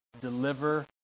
deliver